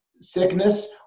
sickness